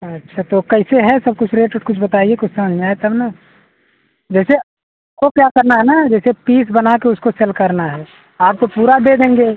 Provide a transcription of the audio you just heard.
अच्छा तो कइसे है सब कुछ रेट ओट कुछ बताइए कुछ समझ में आए तब ना जैसे को क्या करना है ना जैसे पीस बना के उसको सेल करना है आपको पूरा दे देंगे